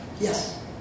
Yes